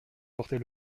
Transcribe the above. porter